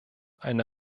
eine